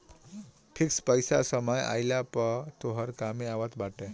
fix पईसा समय आईला पअ तोहरी कामे आवत बाटे